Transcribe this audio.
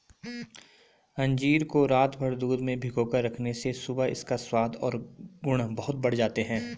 अंजीर को रातभर दूध में भिगोकर रखने से सुबह इसका स्वाद और गुण बहुत बढ़ जाते हैं